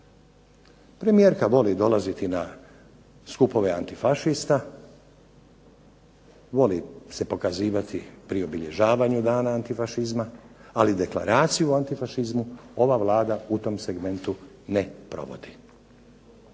Premijerka voli dolaziti na skupove antifašista, voli se pojavljivati prilikom obilježavanja Dana antifašizma, ali Deklaraciju o antifašizmu ova Vlada u tom segmentu ne provodi.